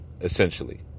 essentially